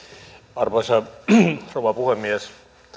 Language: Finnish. arvoisa rouva puhemies